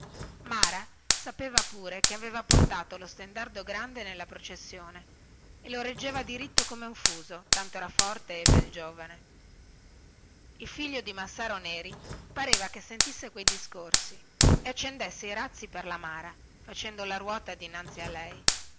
mara sapeva pure che aveva portato lo stendardo grande nella processione e lo reggeva diritto come un fuso tanto era forte e bel giovane il figlio di massaro neri pareva che sentisse e accendesse i suoi razzi per la mara facendo la ruota dinanzi a lei